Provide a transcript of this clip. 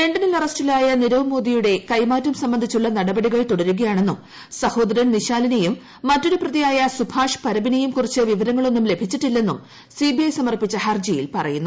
ലണ്ടനിൽ അറസ്റ്റിലായ നിരവ്മോദിയുടെ കൈമാറ്റം സംബന്ധിച്ചുള്ള നടപടികൾ തുടരുകയാണെന്നും സഹോദരൻ നിശാലിനെയും മറ്റൊരു പ്രതിയായ സുഭാഷ് പരബിനെയും കുറിച്ച് വിവരങ്ങളൊന്നും ലഭിച്ചിട്ടില്ലെന്നും സിബിഐ സമർപ്പിച്ച ഹർജിയിൽ പറയുന്നു